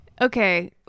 Okay